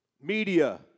media